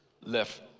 left